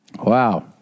Wow